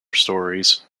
stories